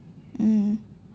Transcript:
mm